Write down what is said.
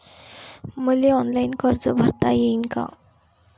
मले ऑनलाईन कर्ज भरता येईन का?